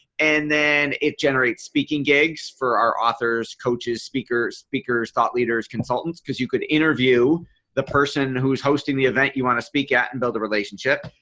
and then it generates speaking gigs for our author's coaches speakers, speakers thought leaders consultants because you could interview the person who is hosting the event you want to speak at and build a relationship.